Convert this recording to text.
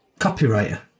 copywriter